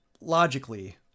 logically